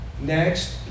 Next